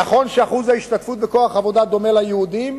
נכון שאחוז ההשתתפות בכוח העבודה דומה ליהודים,